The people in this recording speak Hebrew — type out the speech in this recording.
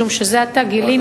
משום שזה עתה גילינו,